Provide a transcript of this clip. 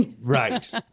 right